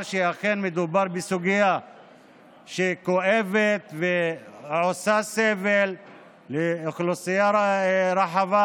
שאכן מדובר בסוגיה כואבת הגורמת סבל לאוכלוסייה רחבה.